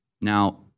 Now